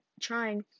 trying